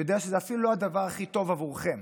יודע שזה אפילו לא הדבר הכי טוב עבורכם